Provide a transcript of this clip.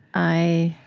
i